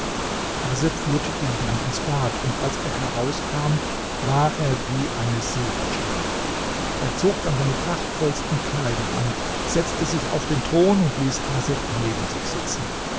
haseb führte ihn dann ins bad und als er herauskam war er wie eine silberstange er zog dann seine prachtvollsten kleider an setzte sich auf den thron und ließ haseb neben sich sitzen